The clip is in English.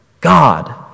God